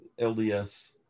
LDS